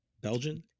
Belgian